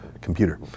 computer